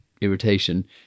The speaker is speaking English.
irritation